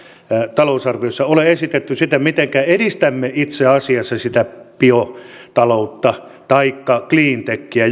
talousarvioissa ole esitetty sitä mitenkä edistämme itse asiassa sitä biotaloutta taikka cleantechiä